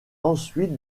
ensuite